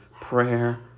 prayer